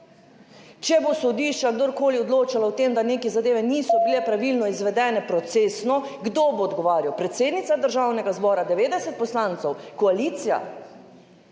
Če bo sodišče ali kdorkoli odločalo o tem, da neke zadeve niso bile pravilno izvedene procesno, kdo bo odgovarjal, predsednica Državnega zbora, 90 poslancev, koalicija.